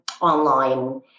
online